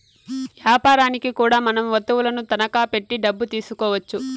యాపారనికి కూడా మనం వత్తువులను తనఖా పెట్టి డబ్బు తీసుకోవచ్చు